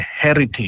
heritage